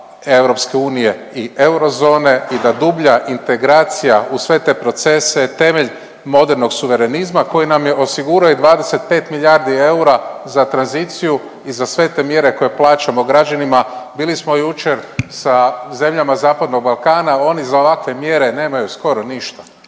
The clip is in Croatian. NATO-a, EU i eurozone i da dublja integracija u sve te procese temelj modernog suverenizma koji nam je osigurao i 25 milijardi eura za tranziciju i za sve te mjere koje plaćamo građanima. Bili smo jučer sa zemljama zapadnog Balkana. Oni za ovakve mjere nemaju skoro ništa,